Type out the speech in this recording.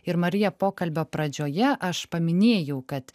ir marija pokalbio pradžioje aš paminėjau kad